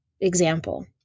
Example